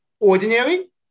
Ordinary